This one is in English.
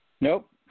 Nope